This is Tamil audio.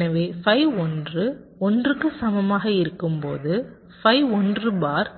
எனவே phi 1 1 க்கு சமமாக இருக்கும்போது phi 1 பார்